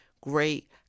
great